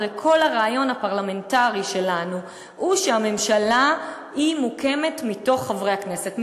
הרי כל הרעיון הפרלמנטרי שלנו הוא שהממשלה מוקמת מתוך חברי הכנסת,